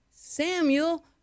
samuel